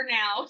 now